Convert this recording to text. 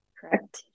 Correct